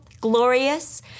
glorious